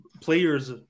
players